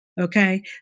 okay